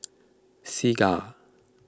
Segar